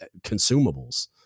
consumables